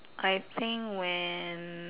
I think when